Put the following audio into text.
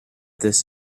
this